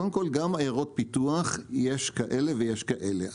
קודם כל, גם עיירות פיתוח יש כאלה ויש כאלה.